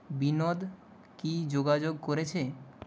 বিনোদ কি যোগাযোগ করেছে